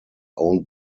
owned